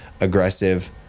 aggressive